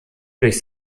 durch